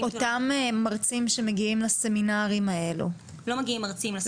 אותם מרצים שמגיעים לסמינרים האלה -- לא מגיעים מרצים לסמינרים.